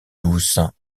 douce